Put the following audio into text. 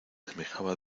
semejaba